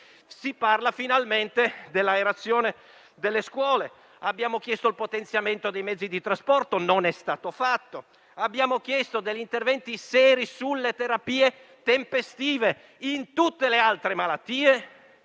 nostro emendamento, se ne parla. Abbiamo chiesto il potenziamento dei mezzi di trasporto, ma non è stato fatto. Abbiamo chiesto degli interventi seri sulle terapie tempestive per tutte le altre malattie,